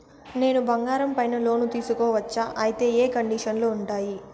నేను బంగారం పైన లోను తీసుకోవచ్చా? అయితే ఏ కండిషన్లు ఉంటాయి?